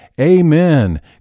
Amen